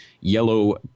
yellow